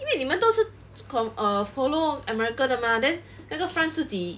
因为你们都是 con~ err follow america 的 what then 那个 france 自己